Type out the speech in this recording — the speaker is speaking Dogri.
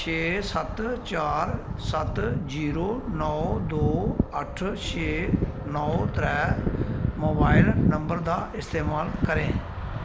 छे सत्त चार सत्त जीरो नौ दो अट्ठ छे नौ त्रै मोबाइल नंबर दा इस्तमाल करें